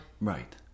Right